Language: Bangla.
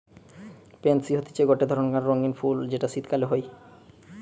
পেনসি হতিছে গটে ধরণকার রঙ্গীন ফুল যেটা শীতকালে হই